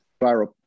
viral